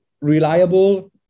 reliable